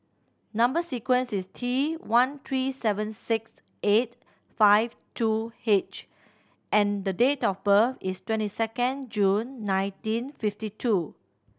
number sequence is T one three seven six eight five two H and the date of birth is twenty second June nineteen fifty two